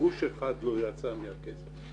גרוש אחד לא יצא מהכסף הזה.